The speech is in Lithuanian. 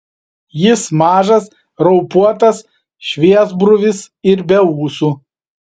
jis mažas raupuotas šviesbruvis ir be ūsų